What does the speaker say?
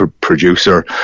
producer